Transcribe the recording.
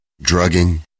drugging